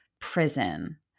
prison